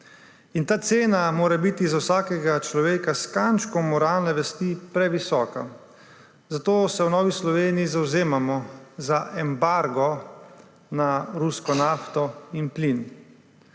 Ta cena mora biti za vsakega človeka s kančkom moralne vesti previsoka. Zato se v Novi Sloveniji zavzemamo za embargo na ruska nafto in plin.